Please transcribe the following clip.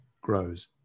grows